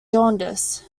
jaundice